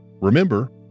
Remember